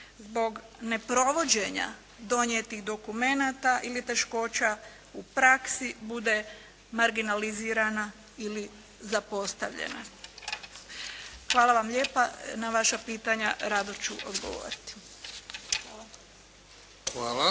zbog neprovođenja donijetih dokumenata ili teškoća u praksi bude marginalizirana ili zapostavljena. Hvala vam lijepa. Na vaša pitanja rado ću odgovoriti.